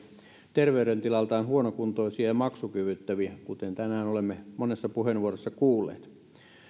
terveydentilaltaan huonokuntoisia ja maksukyvyttömiä kuten tänään olemme monessa puheenvuorossa kuulleet